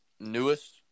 newest